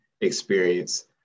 experience